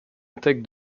attaque